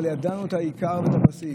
אבל ידענו את העיקר ואת הבסיס.